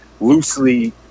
loosely